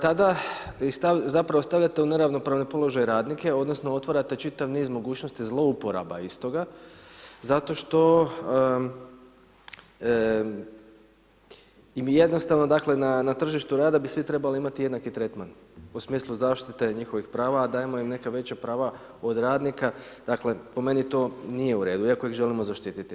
Tada vi zapravo stavljate u neravnopravni položaj radnike odnosno otvarate čitav niz mogućnosti zlouporaba iz toga zato što i mi jednostavno na tržištu rada bi svi trebali imati jednaki tretman u smislu zaštite i njihovih prava, a dajemo im neka veća prava od radnika, dakle po meni to nije u redu iako ih želimo zaštititi.